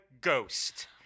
ghost